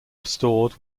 restored